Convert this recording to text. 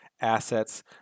assets